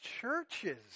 churches